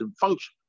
function